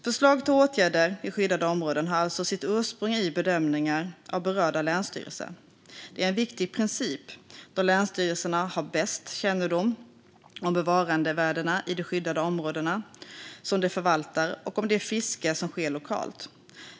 Förslag till åtgärder i skyddade områden har alltså sitt ursprung i bedömningar av berörda länsstyrelser. Det är en viktig princip då länsstyrelserna har bäst kännedom om bevarandevärdena i de skyddade områden som de förvaltar och om det fiske som sker lokalt.